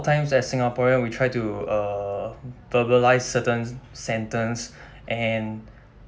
times that singaporean we try to uh verbalise certain sentence and